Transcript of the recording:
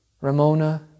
Ramona